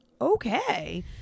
Okay